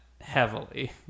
heavily